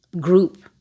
group